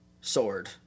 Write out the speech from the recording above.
sword